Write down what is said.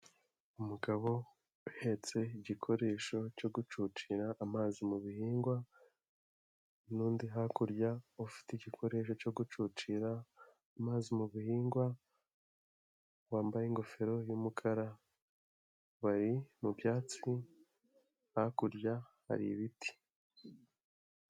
Umugabo uhetse igikoresho cyo gucucira amazi mu bihingwa, n'undi hakurya ufite igikoresho cyo gucucira amazi mu bihingwa, wambaye ingofero y'umukara, bari mu byatsi, hakurya hari ibiti.